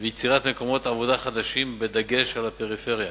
ויצירת מקומות עבודה חדשים, בדגש על הפריפריה.